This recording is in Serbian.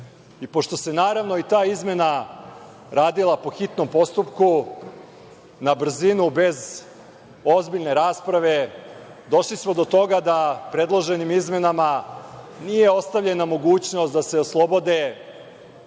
se naravno ta izmena radila po hitnom postupku, na brzinu, bez ozbiljne rasprave, došli smo do toga da predloženim izmenama nije ostavljena mogućnost da se oslobode